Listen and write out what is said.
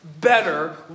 better